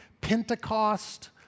Pentecost